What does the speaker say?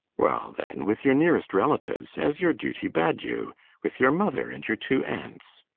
well then, with your nearest relatives as your duty bade you with your mother and your two aunts.